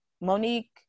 monique